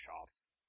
shops